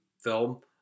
film